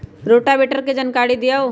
Rotavator के जानकारी दिआउ?